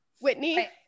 Whitney